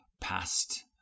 past